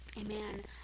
amen